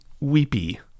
weepy